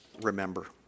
remember